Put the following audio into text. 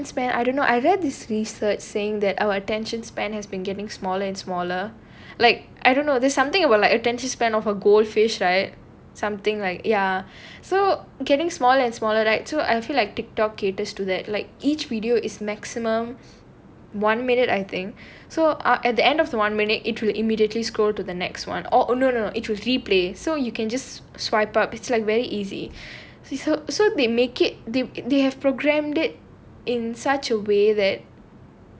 our attention span I don't know I read this research saying that our attention span has been getting smaller and smaller like I don't know there's something about like attention span of a goldfish right something like ya so getting smaller and smaller right too I feel like TikTok caters to that like each video is maximum one minute I think so ah at the end of the one minute it will immediately scroll to the next one oh no no no it will replay so you can just swipe up it's like very easy so so they make it the they have programmed it in such a way that